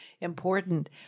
important